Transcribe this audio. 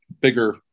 bigger